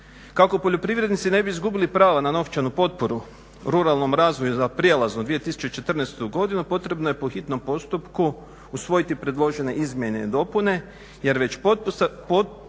Kako poljoprivrednici ne bi izgubili prava na novčanu potporu ruralnom razvoju za prijelaznu 2014. godinu potrebno je po hitnom postupku usvojiti predložene izmjene i dopune jer već postupak